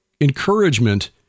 encouragement